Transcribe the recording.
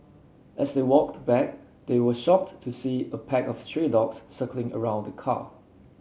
as they walked back they were shocked to see a pack of stray dogs circling around the car